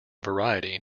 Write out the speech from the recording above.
variety